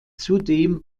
zudem